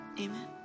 Amen